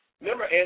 Remember